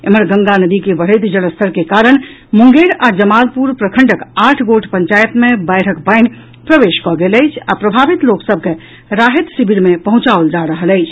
एम्हर गंगा नदी के बढ़ैत जलस्तर के कारण मुंगेर आ जमालपुर प्रखंडक आठ गोट पंचायत मे बाढ़िक पानि प्रवेश कऽ गेल अछि आ प्रभावित लोक सभ के राहति शिविर मे पहुंचाओल जा रहल अछि